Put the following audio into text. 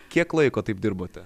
kiek laiko taip dirbote